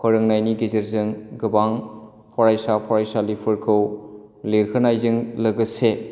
फोरोंनायनि गेजेरजों गोबां फरायसा फरायसुलिफोरखौ लिरहोनायजों लोगोसे